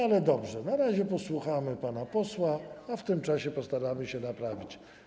Ale dobrze, na razie posłuchamy pana posła, a w tym czasie postaramy się naprawić.